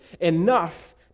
enough